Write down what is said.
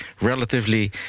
relatively